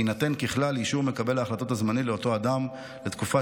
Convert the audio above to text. ככלל יינתן אישור מקבל ההחלטות הזמני לאותו אדם לתקופה